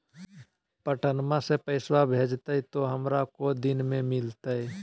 पटनमा से पैसबा भेजते तो हमारा को दिन मे मिलते?